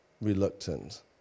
reluctant